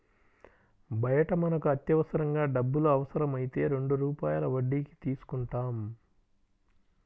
బయట మనకు అత్యవసరంగా డబ్బులు అవసరమైతే రెండు రూపాయల వడ్డీకి తీసుకుంటాం